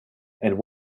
and